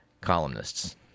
columnists